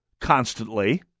constantly